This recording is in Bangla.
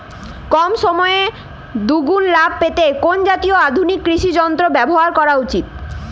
কম সময়ে দুগুন লাভ পেতে কোন জাতীয় আধুনিক কৃষি যন্ত্র ব্যবহার করা উচিৎ?